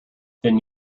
then